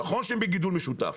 נכון שהם בגידול משותף,